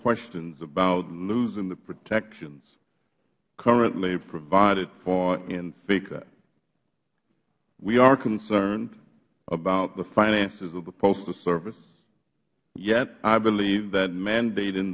questions about losing the protections currently provided for in feca we are concerned about the finances of the postal service yet i believe that mandat